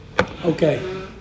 okay